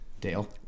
Dale